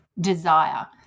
desire